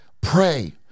pray